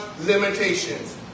limitations